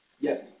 Yes